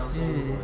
mm